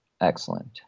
Excellent